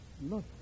Look